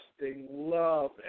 love